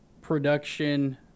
production